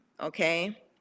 okay